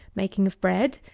making of bread,